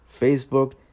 Facebook